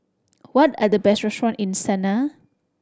what are the best restaurant in Sanaa